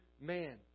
man